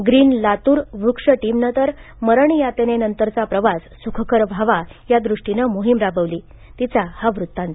green Latur वृक्ष टीमनं तर मरण यातनेनंतरचा प्रवास स्खकर व्हावा या दृष्टीनं मोहिम राबवली तिचा हा वृत्तांत